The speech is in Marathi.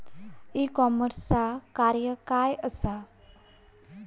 ई कॉमर्सचा कार्य काय असा?